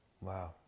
Wow